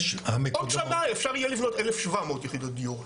עוד שנה אפשר יהיה לבנות 1,700 יחידות דיור,